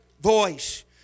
voice